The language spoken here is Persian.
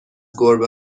گربه